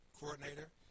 coordinator